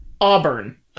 Auburn